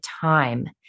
time